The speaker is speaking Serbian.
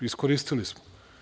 Iskoristili smo.